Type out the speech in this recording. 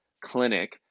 clinic